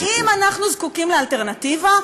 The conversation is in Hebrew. האם אנחנו זקוקים לאלטרנטיבה,